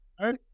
right